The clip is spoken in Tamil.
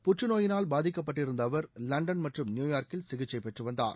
புற்றுநோயினால் பாதிக்கப்பட்டிருந்த அவர் லண்டன் மற்றும் நியூயார்க்கில் சிகிச்சை பெற்று வந்தார்